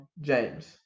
James